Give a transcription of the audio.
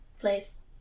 Place